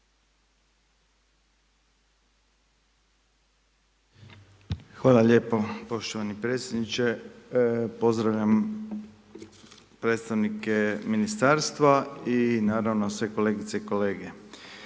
Hvala lijepo poštovani predsjedniče. Pozdravljam predstavnike Ministarstva i naravno sve kolegice i kolege.